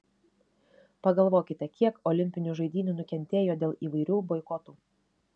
pagalvokite kiek olimpinių žaidynių nukentėjo dėl įvairių boikotų